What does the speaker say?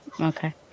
Okay